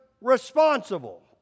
responsible